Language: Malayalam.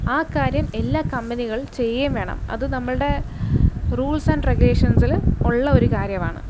ആ കാര്യം എല്ലാ കമ്പനികൾ ചെയ്യുകയും വേണം അത് നമ്മളുടെ റൂൾസ് ആൻഡ് റെഗുലേഷൻസില് ഉള്ള ഒരു കാര്യമാണ്